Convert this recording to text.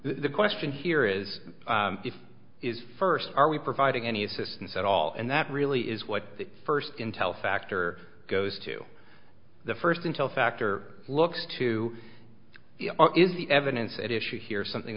the question here is if is first are we providing any assistance at all and that really is what the first intel factor goes to the first intel factor looks to the is the evidence at issue here something